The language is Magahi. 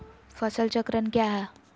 फसल चक्रण क्या है?